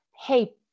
hey